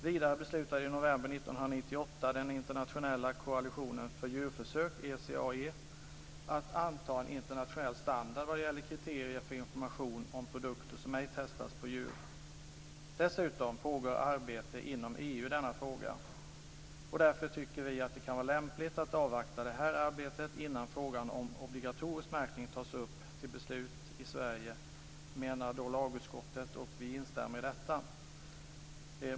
Vidare beslutade i november 1998 den internationella koalitionen för djurförsök, ECAE, att anta en internationell standard vad gäller kriterier för information om produkter som ej testats på djur. Dessutom pågår arbete inom EU i denna fråga. Därför kan det vara lämpligt att avvakta det arbetet innan frågan om obligatorisk märkning tas upp till beslut i Sverige, tycker lagutskottet. Vi instämmer i detta.